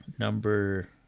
Number